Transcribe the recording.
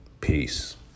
Peace